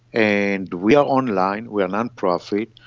and we are online, we are non-profit,